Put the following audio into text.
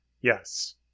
Yes